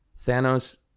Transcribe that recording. Thanos